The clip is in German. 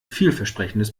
vielversprechendes